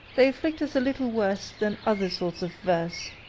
they afflict us a little worse than other sorts of verse,